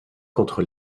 contre